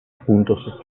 puntos